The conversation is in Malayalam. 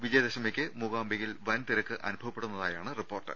വിജയദശമിക്ക് മൂകാംബികയിൽ വൻതിരക്ക് അനുഭവപ്പെടുന്നതായാണ് റിപ്പോർട്ട്